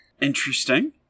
interesting